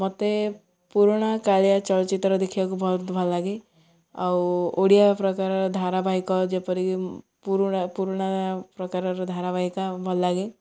ମତେ ପୁରୁଣା କାଳିଆ ଚଳଚ୍ଚିତ୍ର ଦେଖିବାକୁ ବହୁତ ଭଲ ଲାଗେ ଆଉ ଓଡ଼ିଆ ପ୍ରକାରର ଧାରାବାହିକ ଯେପରିକି ପୁରୁଣା ପୁରୁଣା ପ୍ରକାରର ଧାରାବାହିକା ଭଲ ଲାଗେ